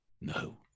no